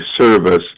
service